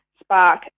Spark